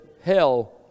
hell